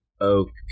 Okay